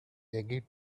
again